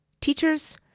teachers